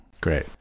Great